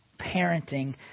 parenting